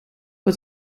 het